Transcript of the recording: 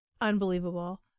unbelievable